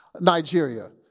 Nigeria